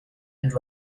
and